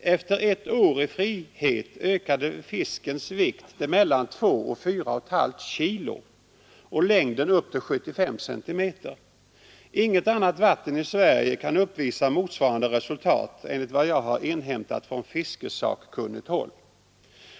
Efter ett år i frihet ökade fiskens vikt till mellan 2 och 4,5 kg och längden upp till 75 cm. Inget annat vatten i Sverige kan uppvisa motsvarande resultat, enligt vad jag inhämtat från fiskesakkunnigt håll.